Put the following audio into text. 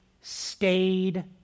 stayed